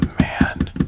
man